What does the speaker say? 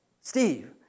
Steve